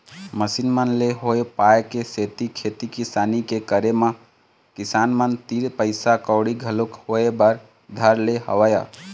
machine मन ले होय पाय के सेती खेती किसानी के करे म किसान मन तीर पइसा कउड़ी घलोक होय बर धर ले हवय